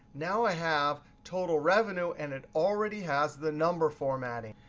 now i have total revenue, and it already has the number formatting.